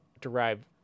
derived